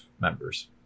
members